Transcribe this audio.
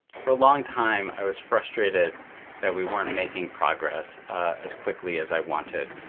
for a long time i was frustrated that we weren't making progress as quickly as i wanted,